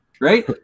right